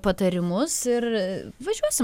patarimus ir važiuosim